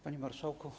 Panie Marszałku!